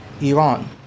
Iran